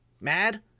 mad